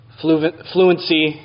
fluency